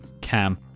Cam